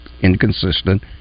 inconsistent